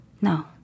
No